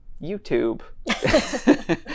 YouTube